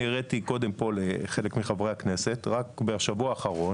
אני הראיתי קודם פה לחלק מחברי הכנסת רק בשבוע האחרון,